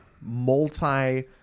multi